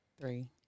Three